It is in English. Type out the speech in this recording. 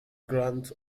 granth